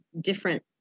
different